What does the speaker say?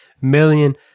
million